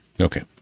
Okay